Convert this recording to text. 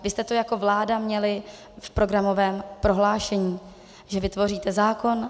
Vy jste to jako vláda měli v programovém prohlášení, že vytvoříte zákon.